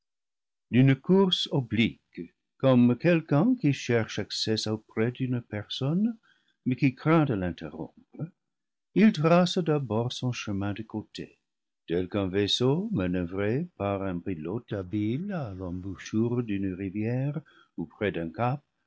d'une course oblique comme quelqu'un qui cherche accès auprès d'une personne mais qui craint de l'interrompre il trace d'abord son chemin de côté tel qu'un vaisseau manoeuvré par un pilote habile à l'embouchure d'une rivière ou près d'un cap